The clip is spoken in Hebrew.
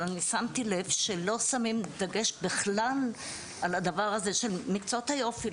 אבל אני שמתי לב שלא שמים דגש בכלל על הדבר הזה של מקצועות היופי,